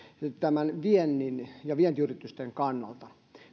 tämän viennin ja vientiyritysten kannalta